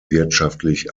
wirtschaftlich